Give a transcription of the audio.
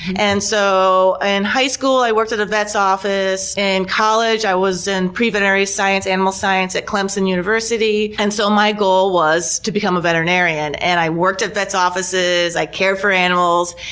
and so in high school i worked at a vet's office. in college i was in pre-veterinary science, animal science, at clemson university. and so my goal was to become a veterinarian and i worked at vets' offices, i cared for animals,